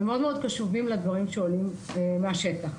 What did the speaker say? הם מאוד קשובים לדברים שעולים מהשטח.